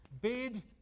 Bid